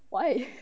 why